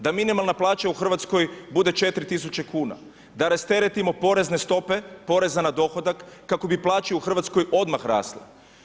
Da minimalna plaća u Hrvatskoj bude 4000 kuna, da rasteretimo porezne stope poreza na dohodak kako bi plaće u Hrvatskoj odmah rasle.